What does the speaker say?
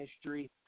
history